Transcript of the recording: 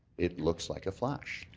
it looks like a flash.